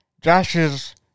Josh's